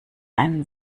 einen